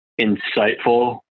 insightful